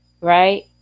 right